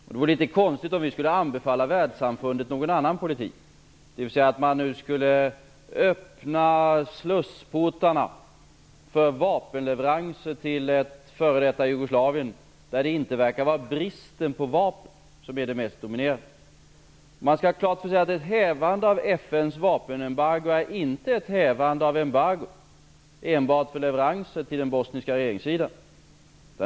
Det vore litet konstigt om vi skulle anbefalla världssamfundet någon annan politik, dvs. att man nu skulle öppna slussportarna för vapenleveranser till f.d. Jugoslavien, där det inte verkar vara bristen på vapen som är det mest dominerande. Man skall ha klart för sig att ett hävande av FN:s vapenembargo inte är ett hävande av embargot enbart för leveranser till den bosniska regeringssidan.